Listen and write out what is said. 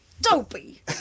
Dopey